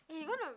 eh you gonna